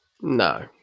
No